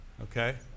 Okay